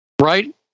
right